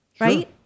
Right